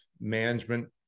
management